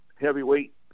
heavyweight